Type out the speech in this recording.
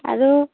আৰু